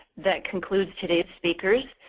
that concludes today's speakers.